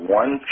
one